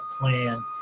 plan